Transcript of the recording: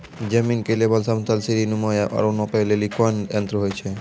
जमीन के लेवल समतल सीढी नुमा या औरो नापै लेली कोन यंत्र होय छै?